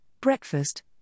breakfast